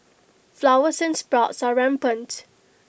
flowers and sprouts are rampant